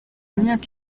imyaka